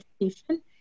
education